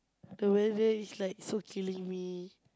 the weather is like so killing me